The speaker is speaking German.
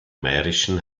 mährischen